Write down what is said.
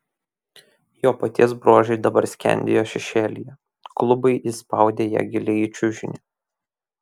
jo paties bruožai dabar skendėjo šešėlyje klubai įspaudė ją giliai į čiužinį